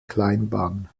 kleinbahn